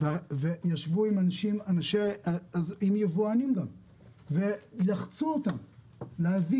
וישבו עם יבואנים גם ולחצו אותם להביא